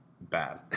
bad